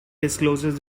discloses